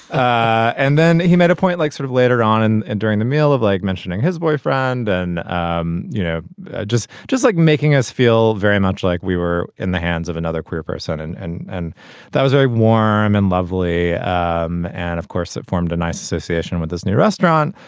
and then he made a point like sort of later on and and during the meal of like mentioning his boyfriend and um you know just just like making us feel very much like we were in the hands of another career person and and that was very warm and lovely. um and course that formed a nice association with this new restaurant.